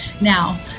Now